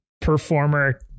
performer